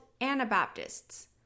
Anabaptists